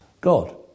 God